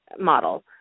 model